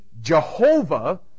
jehovah